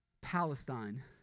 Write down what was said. Palestine